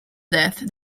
death